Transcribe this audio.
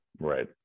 right